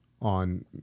on